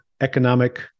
economic